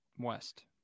west